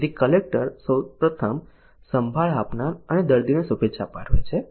તેથી કલેક્ટર સૌ પ્રથમ સંભાળ આપનાર અને દર્દીને શુભેચ્છા પાઠવે છે